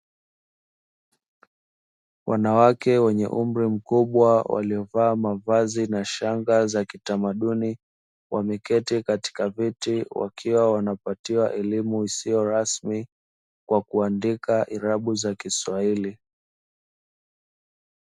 Wanawake wenye umri mkubwa waliovaa mavazi na shanga za kitamaduni, wameketi katika viti wakiwa wanapatiwa elimu isiyo rasmi kwa kuandika irabu za kiswahili.